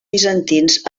bizantins